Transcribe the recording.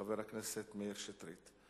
של חבר הכנסת מאיר שטרית.